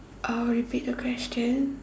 I'll repeat the question